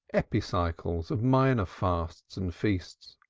epicycles of minor fasts and feasts,